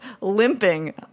limping